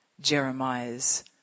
Jeremiah's